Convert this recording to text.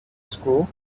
school